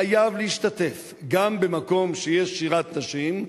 חייב להשתתף גם במקום שיש שירת נשים,